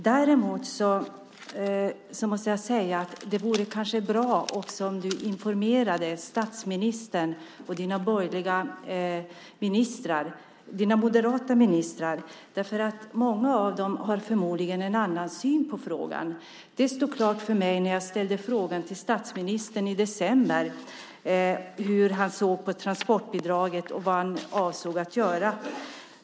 Det vore emellertid bra om han även informerade statsministern och sina moderata ministrar om det, eftersom många av dem förmodligen har en annan syn på bidraget. Det stod klart när jag i december frågade statsministern hur han såg på transportbidraget och vad han avsåg att göra.